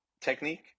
technique